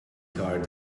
yard